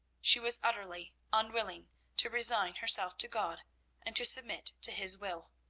she was utterly unwilling to resign herself to god and to submit to his will.